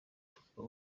tugomba